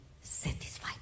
satisfied